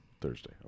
Thursday